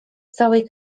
całej